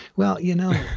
well, you know,